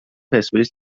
پرسپولیس